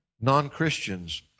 non-Christians